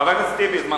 שנה